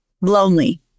lonely